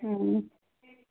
हूं